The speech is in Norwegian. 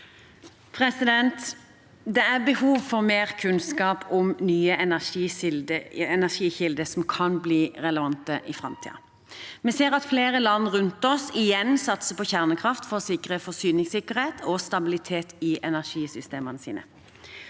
Det er behov for mer kunnskap om nye energikilder som kan bli relevante i framtiden. Vi ser at flere land rundt oss igjen satser på kjernekraft for å sikre forsyningssikkerhet og stabilitet i energisystemene sine.